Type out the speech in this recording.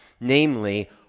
namely